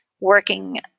Working